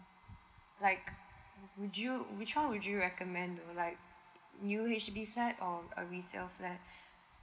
like would you which one would you recommend like new H_D_B flat or a resale flat